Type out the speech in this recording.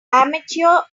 amateur